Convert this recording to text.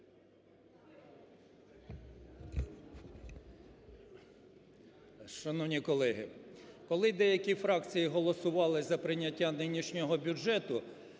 Шановні колеги, коли деякі фракції голосували за прийняття нинішнього бюджету,